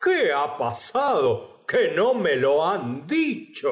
qué f ha pasado que no me lo han dicho